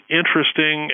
interesting